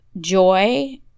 joy